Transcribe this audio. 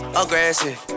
aggressive